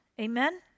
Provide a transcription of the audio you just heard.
Amen